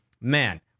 Man